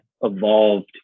evolved